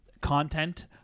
content